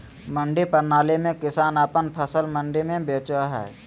मंडी प्रणाली में किसान अपन फसल मंडी में बेचो हय